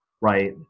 right